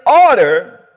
order